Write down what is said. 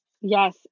Yes